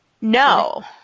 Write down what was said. No